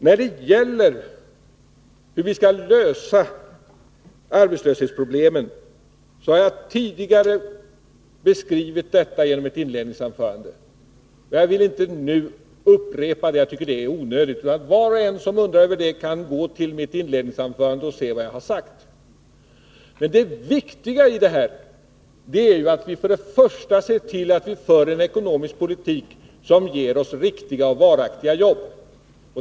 I mitt inledningsanförande tidigare har jag beskrivit hur vi skall lösa arbetslöshetsproblemen, och jag vill inte nu upprepa det. Var och en som undrar kan gå till mitt inledningsanförande och se vad jag har sagt. Det viktiga är att vi först och främst ser till att vi för en ekonomisk politik som ger oss riktiga och varaktiga jobb.